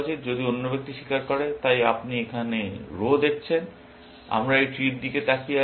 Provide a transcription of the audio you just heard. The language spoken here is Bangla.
যদি অন্য ব্যক্তি স্বীকার করে তাই আপনি এখন রো দেখছেন আমরা এই ট্রির দিকে তাকিয়ে আছি